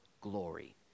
Glory